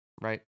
right